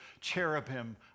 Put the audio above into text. cherubim